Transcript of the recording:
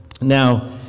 Now